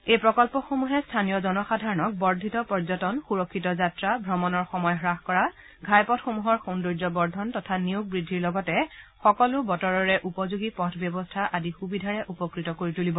এই প্ৰকল্পসমূহে স্থনীয় জনসাধাৰণক বৰ্ধিত পৰ্যটন সুৰক্ষিত যাত্ৰা ভ্ৰমণৰ সময় হ্ৰাস কৰা ঘাইপথসমূহৰ সৌন্দৰ্য বৃদ্ধি নিয়োগ বৃদ্ধিৰ লগতে সকলো বতৰৰে উপযোগী পথ ব্যৱস্থা আদি সুবিধাৰে উপকৃত কৰিব তুলিব